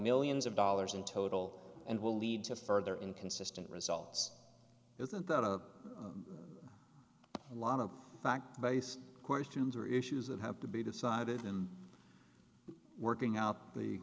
millions of dollars in total and will lead to further inconsistent results isn't that a lot of fact based questions are issues that have to be decided and working out the